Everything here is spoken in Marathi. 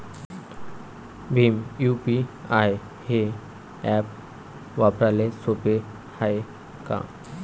भीम यू.पी.आय हे ॲप वापराले सोपे हाय का?